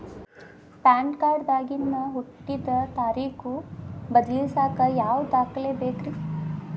PAN card ದಾಗಿನ ಹುಟ್ಟಿದ ತಾರೇಖು ಬದಲಿಸಾಕ್ ಯಾವ ದಾಖಲೆ ಬೇಕ್ರಿ?